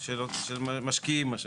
של משקיעים, מה שנקרא.